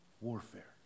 warfare